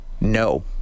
no